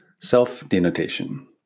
Self-Denotation